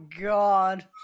god